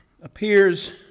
appears